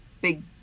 big